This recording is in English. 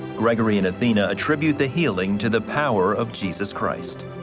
gregory and athena attribute the healing to the power of jesus christ.